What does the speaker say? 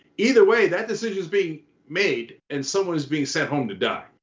either way, that decision is being made and someone is being sent home to die.